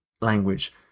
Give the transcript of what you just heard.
language